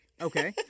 Okay